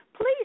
please